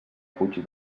fuig